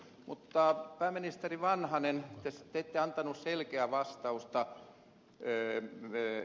mutta pääministeri vanhanen te ette antanut selkeää vastausta ed